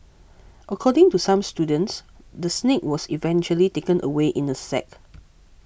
according to some students the snake was eventually taken away in a sack